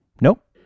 Nope